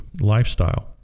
lifestyle